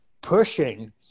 pushing